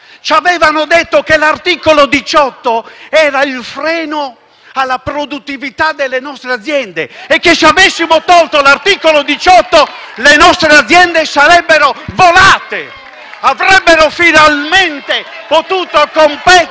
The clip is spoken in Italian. ci avevano detto che l'articolo 18 era il freno alla produttività delle nostre aziende e che, se avessimo tolto l'articolo 18, le nostre aziende sarebbero volate e sarebbero diventate finalmente competitive!